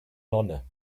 nonne